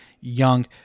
young